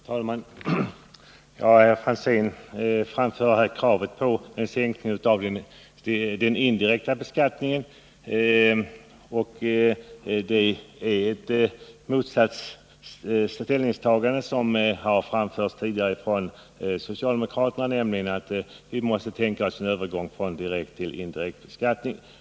Herr talman! Herr Franzén framför kravet på en sänkning av den indirekta beskattningen. Det är krav som är helt motsatt det som har framförts från socialdemokraterna tidigare, nämligen att vi måste tänka oss en övergång från direkt till indirekt beskattning.